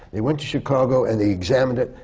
they went to chicago and they examined it.